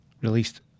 released